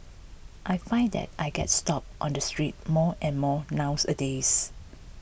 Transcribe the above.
I find that I get stopped on the street more and more nowadays